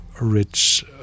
rich